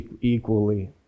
equally